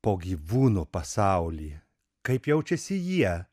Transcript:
po gyvūnų pasaulį kaip jaučiasi jie